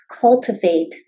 cultivate